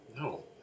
No